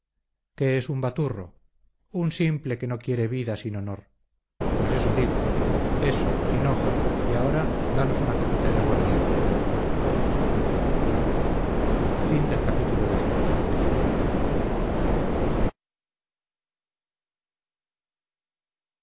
qué es un baturro un simple que no quiere vida sin honor pues eso digo eso jinojo y ahora danos una copita de aguardiente